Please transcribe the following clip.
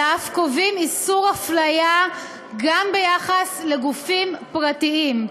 אלא אף קובעים איסור הפליה גם ביחס לגופים פרטיים.